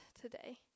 today